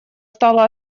стало